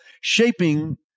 shaping